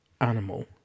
animal